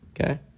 okay